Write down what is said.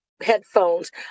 headphones